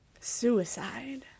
suicide